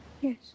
Yes